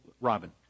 Robin